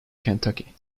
kentucky